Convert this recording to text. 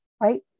right